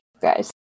guys